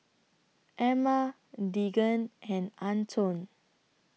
Emma Deegan and Antone